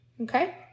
Okay